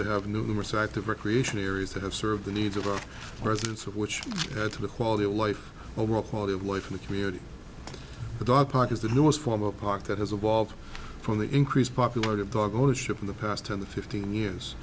to have numerous active recreation areas to have serve the needs of our residents of which add to the quality of life overall quality of life in the community the dog park is the newest form of park that has evolved from the increased popularity of dog ownership in the past ten to fifteen years